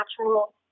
natural